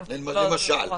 למשל.